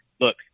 Look